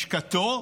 לשכתו: